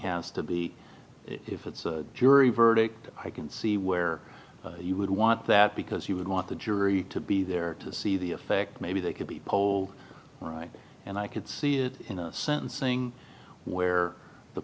has to be if it's a jury verdict i can see where you would want that because you would want the jury to be there to see the effect maybe they could be poll right and i could see it in a sentencing where the